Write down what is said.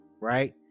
right